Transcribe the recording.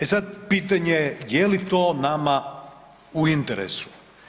E sad, pitanje je je li to nama u interesu.